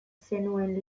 zenuen